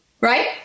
right